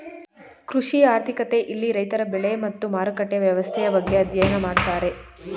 ಕೃಷಿ ಆರ್ಥಿಕತೆ ಇಲ್ಲಿ ರೈತರ ಬೆಳೆ ಮತ್ತು ಮಾರುಕಟ್ಟೆಯ ವ್ಯವಸ್ಥೆಯ ಬಗ್ಗೆ ಅಧ್ಯಯನ ಮಾಡ್ತಾರೆ